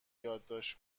یادداشت